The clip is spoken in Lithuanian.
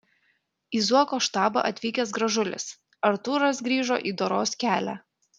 į zuoko štabą atvykęs gražulis artūras grįžo į doros kelią